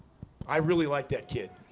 i really like that kid,